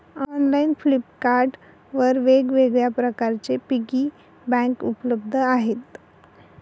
online Flipkart वर वेगवेगळ्या प्रकारचे पिगी बँक उपलब्ध आहेत